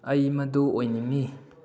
ꯑꯩ ꯃꯗꯨ ꯑꯣꯏꯅꯤꯡꯏ